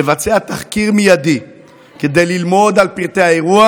לבצע תחקיר מיידי כדי ללמוד על פרטי האירוע